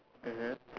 mmhmm